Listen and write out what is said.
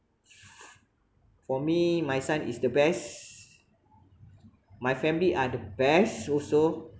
for me my son is the best my family are the best also